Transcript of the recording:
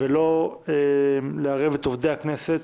ולא לערב את עובדי הכנסת,